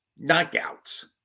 knockouts